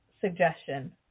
suggestion